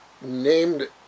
named